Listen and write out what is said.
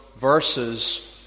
verses